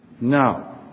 No